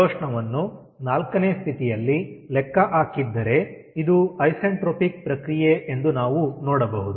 ಜಡೋಷ್ಣವನ್ನು 4ನೇ ಸ್ಥಿತಿಯಲ್ಲಿ ಲೆಕ್ಕ ಹಾಕಿದ್ದರೆ ಇದು ಐಸೆಂಟ್ರೊಪಿಕ್ ಪ್ರಕ್ರಿಯೆ ಎಂದು ನಾವು ನೋಡಬಹುದು